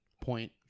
Point